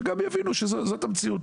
וגם יבינו שזאת המציאות.